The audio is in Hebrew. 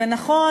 ונכון,